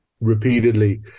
repeatedly